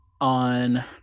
on